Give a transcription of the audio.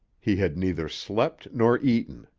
he had neither slept nor eaten.